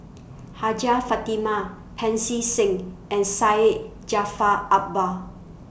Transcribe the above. Hajjah Fatimah Pancy Seng and Syed Jaafar Albar